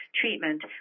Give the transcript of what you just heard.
treatment